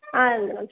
ಹಾಂ ಮೆಡಮ್